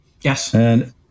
Yes